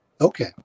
Okay